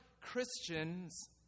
Christians